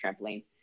trampoline